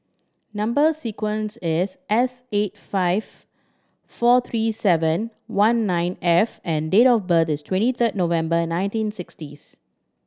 number sequence is S eight five four three seven one nine F and date of birth is twenty third November nineteen sixtieth